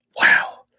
Wow